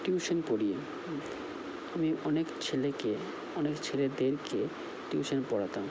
tuition পড়িয়ে হুম আমি অনেক ছেলেকে অনেক ছেলেদেরকে টিউশান পড়াতাম